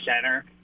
center